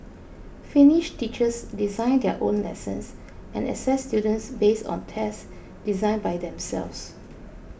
finnish teachers design their own lessons and assess students based on tests designed by themselves